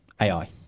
AI